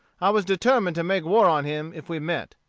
i was determined to make war on him if we met.